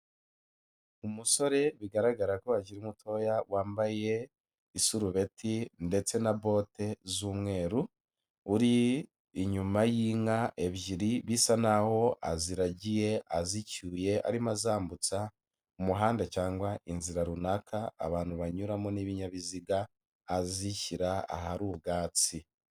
Umusore bigaragara ko akiri mutoya wambaye isurubeti ndetse na bote z'umweru, uri inyuma y'inka ebyiri bisa naho aziragiye azicyuye arimo azambutsa umuhanda cyangwa inzira runaka abantu banyuramo n'ibinyabiziga, azishyira ahari ubwatsi.